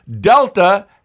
Delta